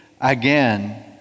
again